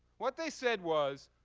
what they said was,